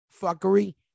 fuckery